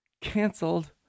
Cancelled